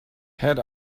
had